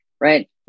right